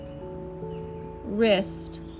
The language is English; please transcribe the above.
Wrist